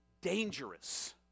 dangerous